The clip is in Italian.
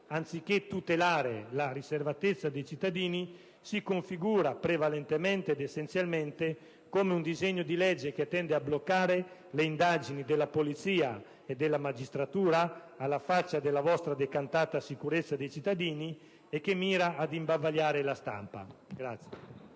anziché tutelare la riservatezza dei cittadini, si configura prevalentemente ed essenzialmente come un disegno di legge che tende a bloccare le indagini della polizia e della magistratura, alla faccia della vostra decantata sicurezza dei cittadini, e che mira ad imbavagliare la stampa.